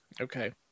okay